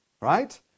Right